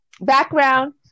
Background